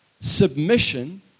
submission